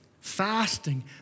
fasting